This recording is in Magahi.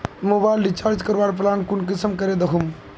मोबाईल रिचार्ज करवार प्लान कुंसम करे दखुम?